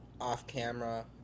off-camera